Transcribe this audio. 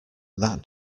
that